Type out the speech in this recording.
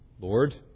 Lord